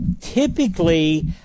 typically